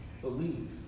believe